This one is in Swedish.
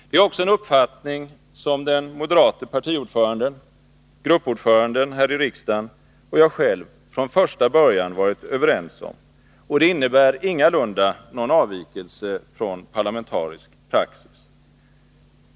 Det är också en uppfattning som den moderate partiordföranden, gruppordföranden här i riksdagen och jag själv från första början varit överens om. Det innebär ingalunda någon avvikelse från parlamentarisk praxis.